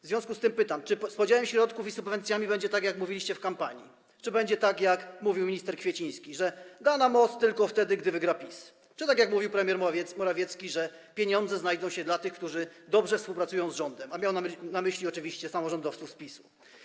W związku z tym pytam: Czy z podziałem środków i subwencji będzie tak, jak mówiliście w kampanii, czy będzie tak, jak mówił minister Kwieciński, że da na most tylko wtedy, gdy wygra PiS, czy tak jak mówi premier Morawiecki, że pieniądze znajdą się dla tych, którzy dobrze współpracują z rządem, a miał na myśli oczywiście samorządowców PiS-u?